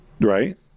Right